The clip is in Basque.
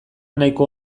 nahiko